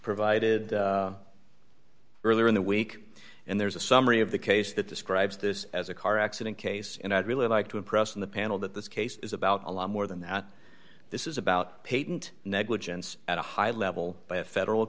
provided earlier in the week and there's a summary of the case that describes this as a car accident case and i'd really like to impress on the panel that this case is about a lot more than that this is about payton negligence at a high level by a federal